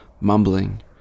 mumbling